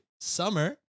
Summer